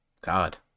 God